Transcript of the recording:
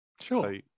Sure